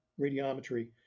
radiometry